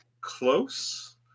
close